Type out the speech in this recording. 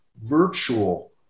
virtual